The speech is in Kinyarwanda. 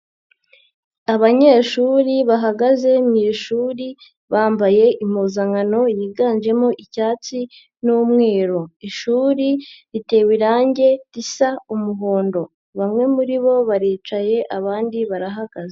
Abanyeshuri bahagaze mu ishuri bambaye impuzankano yiganjemo icyatsi n'umweru, ishuri ritewe irangi risa umuhondo, bamwe muribo baricaye, abandi barahagaze.